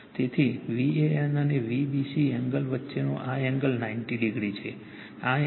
તેથી VAN અને Vbc angle વચ્ચેનો આ એંગલ 90o છે આ એંગલ છે